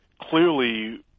clearly